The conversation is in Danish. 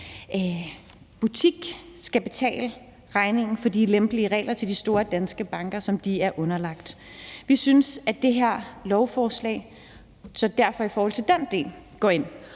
butik skal betale regningen for de lempelige regler, som de store danske banker er underlagt. Vi synes, at det her lovforslag i forhold til den del går ind